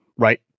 Right